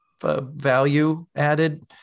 value-added